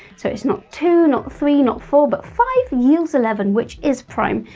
so it's not two, not three, not four, but five yields eleven, which is prime,